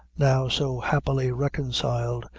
now so happily reconciled,